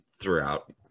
throughout